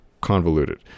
convoluted